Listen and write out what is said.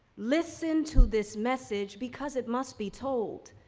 listen to this message, because it must be told.